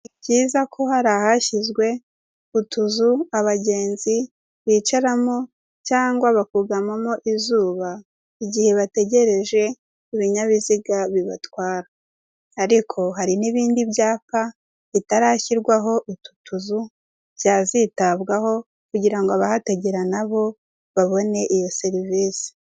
Ni byiza ko hari ahashyizwe utuzu abagenzi bicaramo, cyangwa bakugama mo izuba, igihe bategereje ibinyabiziga bibatwara, ariko hari n'ibindi byapa bitarashyirwaho utu tuzu byazitabwaho, kugirango abahategera nabo babone iyo serivisi.